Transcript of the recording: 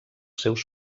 seus